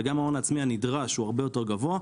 וגם ההון העצמי הנדרש הוא הרבה יותר גבוה,